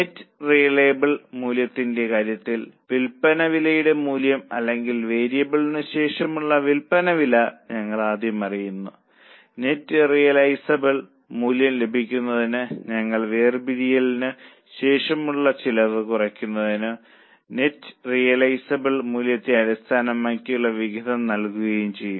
net realisable മൂല്യത്തിന്റെ കാര്യത്തിൽ വിൽപ്പന വിലയുടെ മൂല്യം അല്ലെങ്കിൽ വേർപിരിയലിനു ശേഷമുള്ള വിൽപ്പന വില ഞങ്ങൾ ആദ്യം അറിയുന്നു നെറ്റ് റിയലൈസബിൾ മൂല്യം ലഭിക്കുന്നതിന് ഞങ്ങൾ വേർപിരിയലിനു ശേഷമുള്ള ചെലവ് കുറയ്ക്കുകയും നെറ്റ് റിയലൈസബിൾ മൂല്യത്തെ അടിസ്ഥാനമാക്കിയുള്ള വിഹിതം നൽകുകയും ചെയ്യും